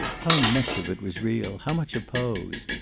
how much of it was real, how much a pose?